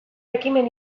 ekimen